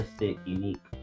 unique